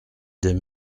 des